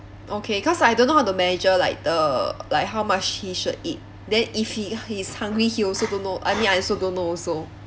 okay cause I don't know how to manager like the like how much he should eat then if he is hungry he also don't know I mean I also don't know also